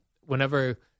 whenever